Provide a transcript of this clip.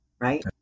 right